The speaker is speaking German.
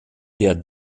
der